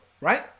right